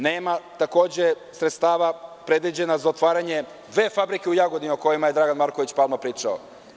Nema takođe sredstava predviđena za otvaranje dve fabrike u Jagodini, o kojima je Dragan Marković Palma pričao.